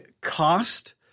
cost